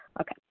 Okay